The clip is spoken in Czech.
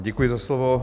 Děkuji za slovo.